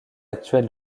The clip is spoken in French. actuelle